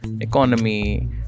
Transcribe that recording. economy